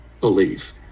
belief